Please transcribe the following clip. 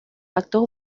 actos